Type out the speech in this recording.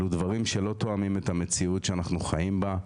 אלו דברים שלא תואמים את המציאות שאנחנו חיים בה,